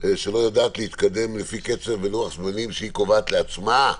שלא יודעת להתקדם לפי קצב לוח זמנים שהיא קובעת לעצמה בחקיקה,